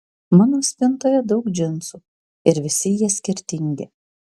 mano spintoje daug džinsų ir visi jie skirtingi